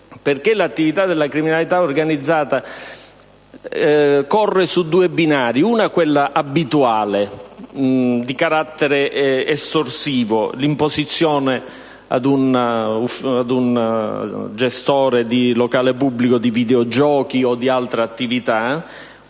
perché l'attività della criminalità organizzata corre su due binari: quello abituale di carattere estorsivo - l'imposizione ad un gestore di locale pubblico di videogiochi o di altre attività,